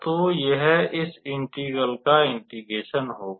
तो यह इस इंटेगरल का इंटेग्रेशन होगा